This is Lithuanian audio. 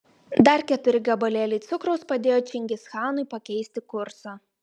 dar keturi gabalėliai cukraus padėjo čingischanui pakeisti kursą